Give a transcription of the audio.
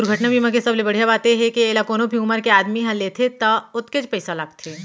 दुरघटना बीमा के सबले बड़िहा बात ए हे के एला कोनो भी उमर के आदमी ह लेथे त ओतकेच पइसा लागथे